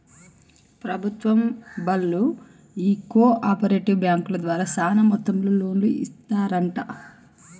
ప్రభుత్వం బళ్ళు ఈ కో ఆపరేటివ్ బాంకుల ద్వారా సాన మొత్తంలో లోన్లు ఇస్తరంట